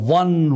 one